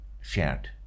shared